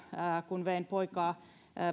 kun vein poikaa